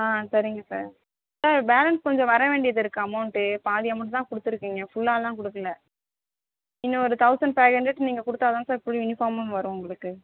ஆ சரிங்க sir sir balance கொஞ்சம் வரவேண்டியது இருக்கு அமௌன்ட்டு பாதி அமௌன்ட் தான் கொடுத்துருக்கீங்க ஃபுல்லாகலாம் கொடுக்கல இன்னொ ஒரு தொளசண்ட் ஃபைவ் ஹண்ட்ரட் நீங்கள் கொடுத்தாதான் சார் புல் யூனிஃபார்மும் வரும் உங்களுக்கு